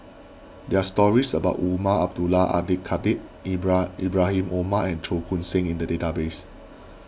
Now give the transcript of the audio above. there are stories about Umar Abdullah Al Khatib Ibra Ibrahim Omar and Cheong Koon Seng in the database